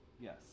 Yes